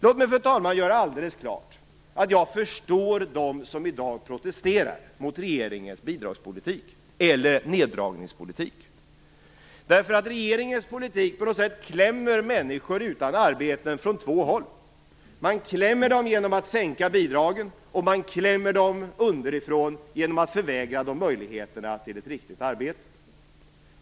Låt mig, fru talman, göra det alldeles klart att jag förstår dem som i dag protesterar mot regeringens bidragspolitik eller neddragningspolitik. Regeringens politik klämmer människor utan arbete från två håll. Man klämmer dem genom att sänka bidragen, och man klämmer dem underifrån genom att förvägra dem möjligheterna till ett riktigt arbete.